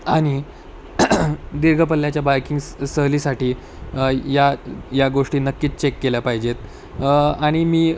आणि दीर्घ पल्ल्याच्या बाईकिंग सहलीसाठी या या गोष्टी नक्कीच चेक केल्या पाहिजेत आणि मी